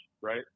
right